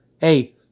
hey